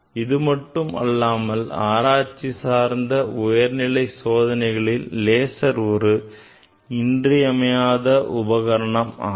இது மட்டும் அல்லாமல் ஆராய்ச்சி சார்ந்த உயர்நிலை சோதனைகளில் லேசர் ஒரு இன்றியமையாத உபகரணம் ஆகும்